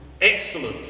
excellent